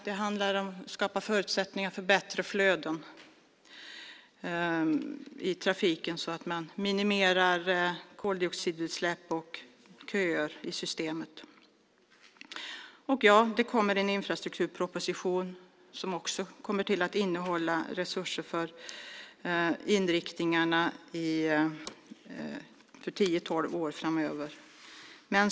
Det handlar om att skapa förutsättningar för bättre flöden i trafiken så att vi minimerar koldioxidutsläpp och köer. Det kommer en infrastrukturproposition som också kommer att innehålla resurser för inriktningarna för tio-tolv år framöver.